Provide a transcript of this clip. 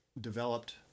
developed